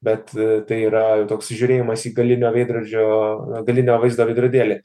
bet tai yra toks žiūrėjimas į galinio veidrodžio galinio vaizdo veidrodėlį